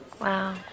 Wow